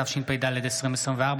התשפ"ד 2024,